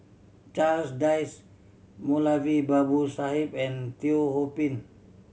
Charles Dyce Moulavi Babu Sahib and Teo Ho Pin